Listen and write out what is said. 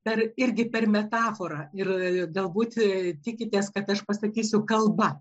dar irgi per metaforą ir gal būt tikitės kad aš pasakysiu kalba